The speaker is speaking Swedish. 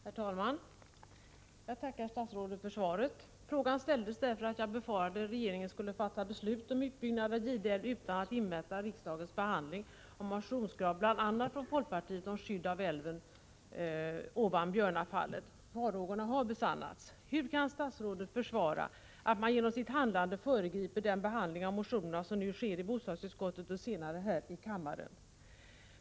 Herr talman! Jag tackar statsrådet för svaret. Frågan ställdes därför att jag befarade att regeringen skulle fatta beslut om utbyggnad av Gide älv utan att invänta riksdagens behandling av motionskrav från bl.a. folkpartiet om skydd av älven ovan Björnafallet. Farhågorna har besannats. Hur kan statsrådet försvara att man genom sitt handlande föregriper den behandling av motionerna som nu sker i bostadsutskottet och som senare skall ske här i kammaren?